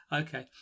okay